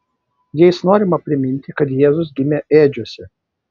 jais norima priminti kad jėzus gimė ėdžiose